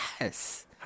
Yes